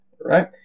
right